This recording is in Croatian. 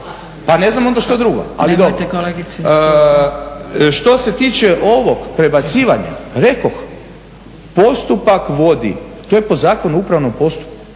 Nemojte kolegice iz klupe./… Što se tiče ovog prebacivanja rekoh postupak vodi, to je po Zakonu o upravnom postupku,